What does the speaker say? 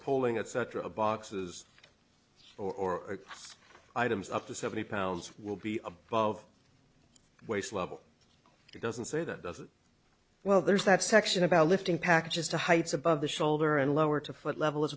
pulling etc boxes or items up to seventy pounds will be above waist level it doesn't say that the well there's that section about lifting packages to heights above the shoulder and lower to foot level